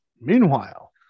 meanwhile